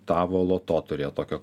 tavo loto turėjo tokią